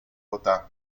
vota